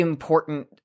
important